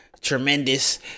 tremendous